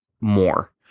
more